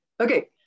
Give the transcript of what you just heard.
Okay